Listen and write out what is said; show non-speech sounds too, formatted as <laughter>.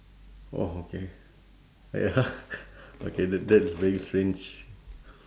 !wah! okay ya <laughs> okay that that is very strange